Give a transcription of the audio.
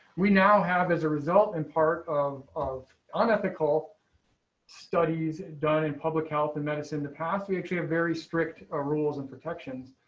we now have as a result. and part of of unethical studies done in public health and medicine, the past, we actually have very strict ah rules and protections